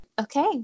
Okay